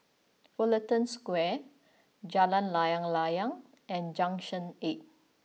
Fullerton Square Jalan Layang Layang and Junction Eight